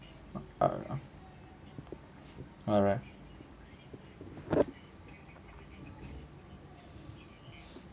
alright